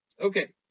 Okay